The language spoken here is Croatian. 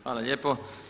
Hvala lijepo.